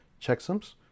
checksums